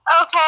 Okay